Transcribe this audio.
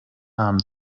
namen